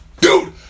Dude